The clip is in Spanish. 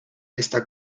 está